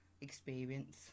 experience